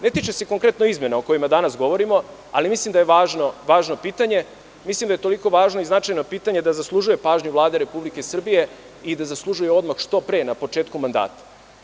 Ne teči se konkretno izmena o kojima danas govorimo, ali mislim da je važno pitanje, mislim da je toliko važno i značajno pitanje da zaslužuje pažnju Vlade Republike Srbije i da zaslužuje odmah, što pre, na početku mandata.